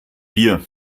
bier